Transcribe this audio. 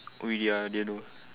oh ya i didn't know